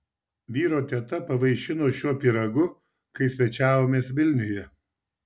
vyro teta pavaišino šiuo pyragu kai svečiavomės vilniuje